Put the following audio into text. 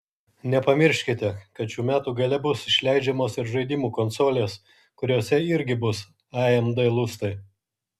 nepamirškite kad šių metų gale bus išleidžiamos ir žaidimų konsolės kuriose irgi bus amd lustai